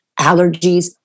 allergies